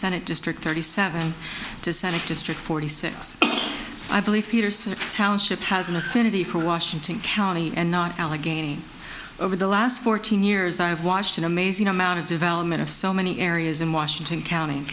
senate district thirty seven to senate district forty six i believe peterson township has an affinity for washington county and allegheny over the last fourteen years i have watched an amazing amount of development of so many areas in washington county